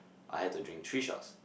I had to drink three shots